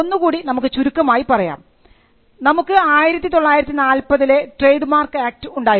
ഒന്നു കൂടി നമുക്ക് ചുരുക്കി പറയാം നമുക്ക് 1940 ലെ ട്രേഡ് മാർക്ക് ആക്ട് ഉണ്ടായിരുന്നു